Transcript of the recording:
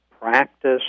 practice